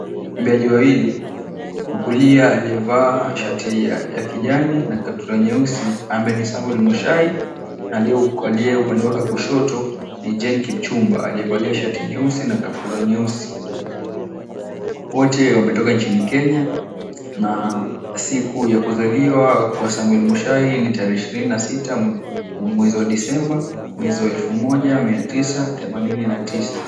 Wakimbiaji wawili, wakulia aliyevaa shati ya kijani na kaptura nyeusi ambaye ni Samwel Mushai, aliye upande wake wa kushoto ni Jean Kipchumba aliyevalia shati nyeusi na kaptura nyeusi. Wote wametoka inchini Kenya na siku ya kuzaliwa kwa Samel Mushai ni 26/12/1989.